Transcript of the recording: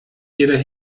jeder